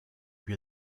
più